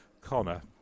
Connor